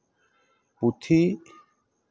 ᱯᱩᱛᱷᱤ